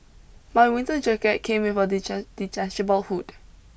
my winter jacket came with a detachable hood